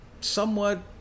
somewhat